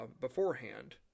beforehand